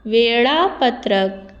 वेळापत्रक